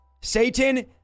Satan